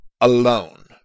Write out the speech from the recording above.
alone